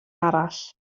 arall